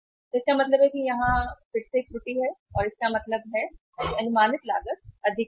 तो इसका मतलब है कि फिर से यहां एक त्रुटि है और इसका मतलब है कि अनुमानित लागत अधिक थी